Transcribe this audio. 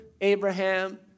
Abraham